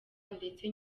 ndetse